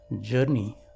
journey